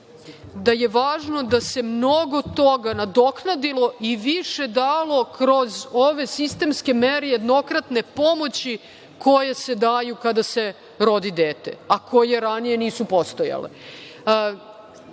je važno da se mnogo toga nadoknadilo i više dalo kroz ove sistemske mere jednokratne pomoći koje se daju kada se rodi dete, a koje ranije nisu postojale.